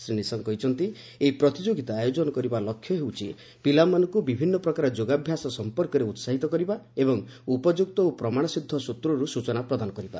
ଶ୍ରୀ ନିଶଙ୍କ କହିଛନ୍ତି ଏହି ପ୍ରତିଯୋଗିତା ଆୟୋଜନ କରିବା ଲକ୍ଷ୍ୟ ହେଉଛି ପିଲାମାନଙ୍କୁ ବିଭିନ୍ନ ପ୍ରକାର ଯୋଗାଭ୍ୟାସ ସମ୍ପକରେ ଉତ୍ସାହିତ କରିବା ଏବଂ ଉପଯୁକ୍ତ ଓ ପ୍ରମାଣସିଦ୍ଧ ସୂତ୍ରରୁ ସୂଚନା ପ୍ରଦାନ କରିବା